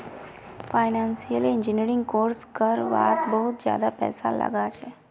financial engineering course कर वात बहुत ज्यादा पैसा लाग छे